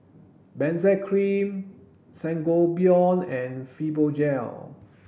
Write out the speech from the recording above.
benzac cream Sangobion and Fibogel